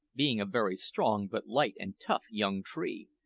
being a very strong but light and tough young tree,